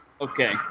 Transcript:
Okay